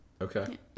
Okay